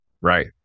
Right